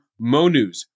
MONews